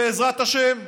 בעזרת השם.